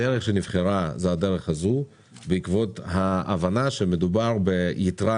הדרך שנבחרה זו הדרך הזו בעקבות ההבנה שמדובר ביתרה